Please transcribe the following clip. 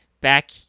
back